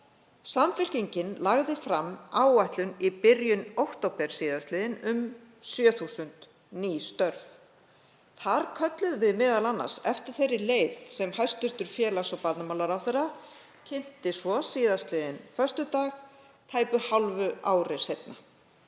Samfylkingin lagði fram áætlun í byrjun október síðastliðinn um 7.000 ný störf. Þar kölluðum við m.a. eftir þeirri leið sem hæstv. félags- og barnamálaráðherra kynnti svo síðastliðinn föstudag, tæpu hálfu ári seinna.